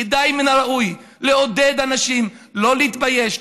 כדאי וראוי לעודד אנשים לא להתבייש,